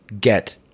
get